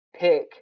pick